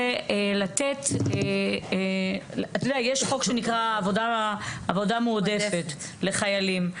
אתה יודע, יש חוק שנקרא עבודה מעודפת לחיילים.